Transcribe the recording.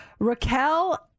Raquel